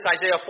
Isaiah